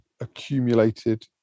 accumulated